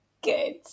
Good